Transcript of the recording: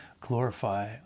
glorify